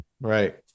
right